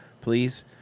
please